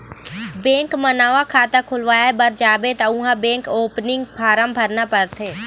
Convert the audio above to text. bank म नवा खाता खोलवाए बर जाबे त उहाँ बेंक ओपनिंग फारम भरना परथे